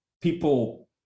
people